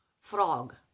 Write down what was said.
frog